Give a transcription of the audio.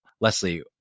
Leslie